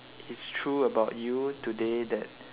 is true about you today that